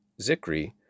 Zikri